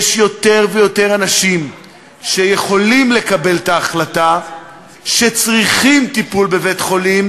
יש יותר ויותר אנשים שיכולים לקבל את ההחלטה שצריכים טיפול בבית-חולים,